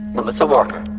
but melissa walker.